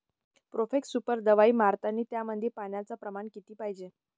Profex Super दवाई मारतानी त्यामंदी पान्याचं प्रमाण किती पायजे?